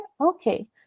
Okay